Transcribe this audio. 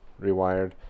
rewired